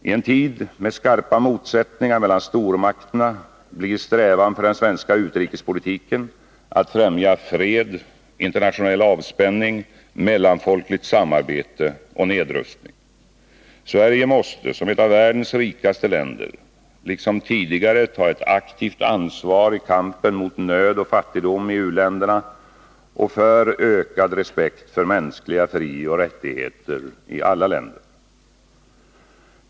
I en tid med skarpa motsättningar mellan stormakterna blir strävan för den svenska utrikespolitiken att främja fred, internationell avspänning, mellanfolkligt samarbete och nedrustning. Sverige måste som ett av världens rikaste länder liksom tidigare ta ett aktivt ansvar i kampen mot nöd och fattigdom i u-länderna och för ökad respekt för mänskliga frioch rättigheter i alla länder.